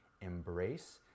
embrace